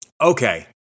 Okay